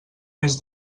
més